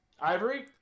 Ivory